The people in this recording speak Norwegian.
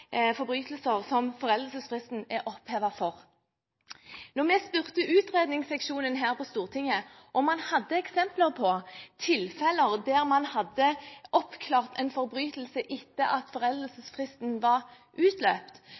forbrytelser som foreldelsesfristen er opphevet for. Da vi spurte utredningsseksjonen her på Stortinget om en hadde eksempler på tilfeller der man hadde oppklart en forbrytelse etter at foreldelsesfristen var utløpt,